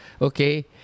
okay